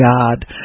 God